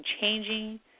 changing